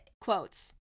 quotes